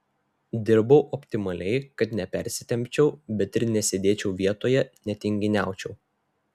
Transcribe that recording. dirbau optimaliai kad nepersitempčiau bet ir nesėdėčiau vietoje netinginiaučiau